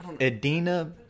Edina